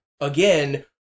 again